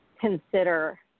consider